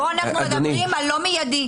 לא, אנחנו מדברים על לא מיידי.